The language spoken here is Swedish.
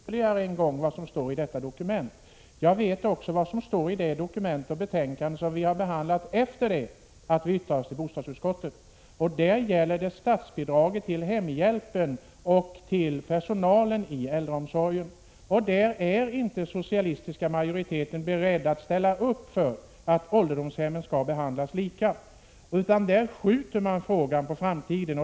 Herr talman! Jag ber att ännu en gång få understryka att jag vet vad som står i dokumentet från socialutskottet. Jag vet också vad som står i det betänkande som behandlats efter det att socialutskottet yttrade sig till bostadsutskottet. I det dokumentet gäller det statsbidraget till hemhjälpen och till personalen i äldreomsorgen, och i det sammanhanget är inte den socialistiska majoriteten beredd att ställa upp för att ålderdomshemmen skall behandlas lika, utan man skjuter frågan på framtiden.